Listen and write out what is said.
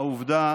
העובדה